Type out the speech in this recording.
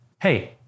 Hey